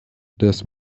das